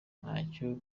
ntacyo